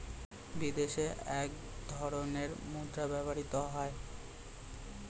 বিদেশে এক ধরনের মুদ্রা ব্যবহৃত হয়